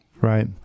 Right